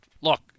look –